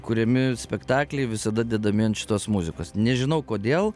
kuriami spektakliai visada dedami ant šitos muzikos nežinau kodėl